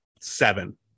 seven